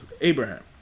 Abraham